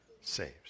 Saves